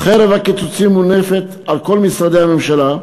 שבה חרב הקיצוצים מונפת על כל משרדי הממשלה,